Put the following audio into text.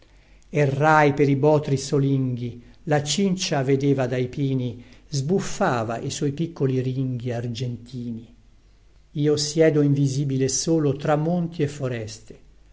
vïola errai per i botri solinghi la cincia vedeva dai pini sbuffava i suoi piccoli ringhi argentini io siedo invisibile e solo tra monti e foreste